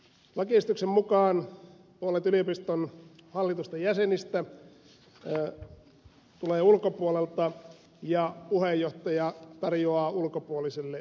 lakiesityksen mukaan puolet yliopiston hallitusten jäsenistä tulee ulkopuolelta ja puheenjohtaja tarjoaa ulkopuolisille enemmistön